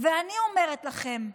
ואני אומרת לכם,